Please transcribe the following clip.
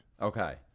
Okay